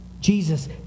Jesus